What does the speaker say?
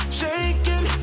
shaking